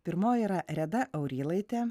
pirmoji yra reda aurylaitė